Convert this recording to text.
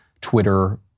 Twitter